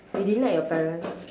you didn't like your parents